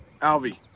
Alvi